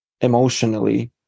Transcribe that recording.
emotionally